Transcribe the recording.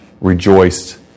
rejoiced